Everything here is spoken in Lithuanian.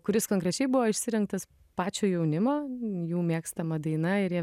kuris konkrečiai buvo išsirinktas pačio jaunimo jų mėgstama daina ir jie